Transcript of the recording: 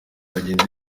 bagenzi